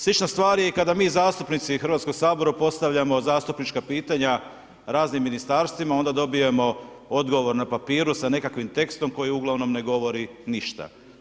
Slična stvar je i kada mi zastupnici Hrvatskog sabora postavljamo zastupnička pitanja raznim ministarstvima, onda dobijemo odgovor na papiru sa nekakvim tekstom koji uglavnom ne govori ništa.